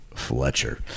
Fletcher